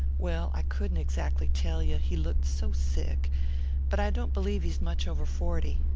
well, i couldn't exactly tell you, he looked so sick but i don't b'lieve he's much over forty.